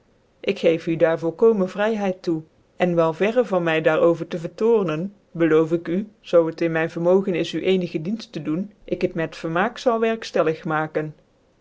ik geef u daar volkomen vryheid toe cn wel verre van my daar over tc vertoornen beloof ik u zoo het in mijn vermogen is u ecnige dienft tc doen ik het met vermaak zal wcrkftcllig maken